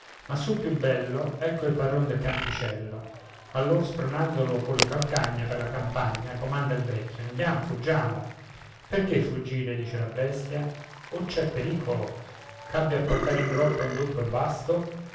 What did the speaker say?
ma sul più bello ecco il padrone del campicello allor spronandolo colle calcagna per la campagna comanda il vecchio andiam fuggiamo perché fuggire dice la bestia o c'è pericolo ch'abbia a portar in groppa un doppio basto